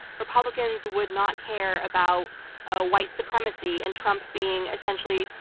republicans would not care about ah white supremacy and trump being, essentially,